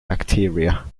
bacteria